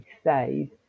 stayed